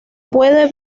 puede